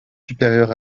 supérieurs